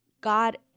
God